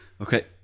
okay